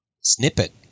snippet